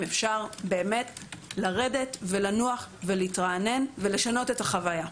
אפשר לרדת לנוח ולהתרענן ולשנות את החוויה.